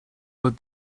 but